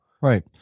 Right